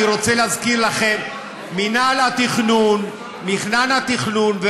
מינהל התכנון,